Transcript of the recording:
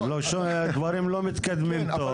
דברים לא מתקדמים טוב,